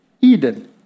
Eden